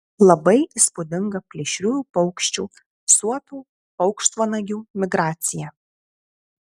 labai įspūdinga plėšriųjų paukščių suopių paukštvanagių migracija